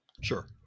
Sure